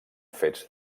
fets